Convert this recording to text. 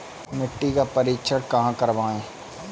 मिट्टी का परीक्षण कहाँ करवाएँ?